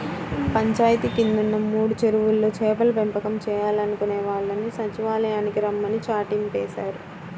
పంచాయితీ కిందున్న మూడు చెరువుల్లో చేపల పెంపకం చేయాలనుకునే వాళ్ళని సచ్చివాలయానికి రమ్మని చాటింపేశారు